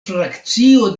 frakcio